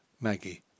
maggie